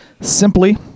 Simply